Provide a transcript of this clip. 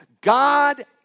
God